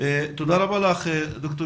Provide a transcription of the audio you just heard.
ולא בהעמסה תקציבית.